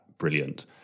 brilliant